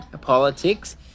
politics